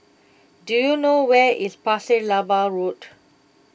do you know where is Pasir Laba Road